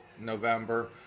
November